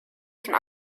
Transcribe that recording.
schon